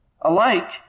alike